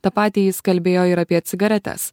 tą patį jis kalbėjo ir apie cigaretes